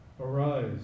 Arise